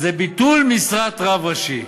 זה בביטול משרת רב ראשי.